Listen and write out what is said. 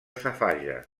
safaja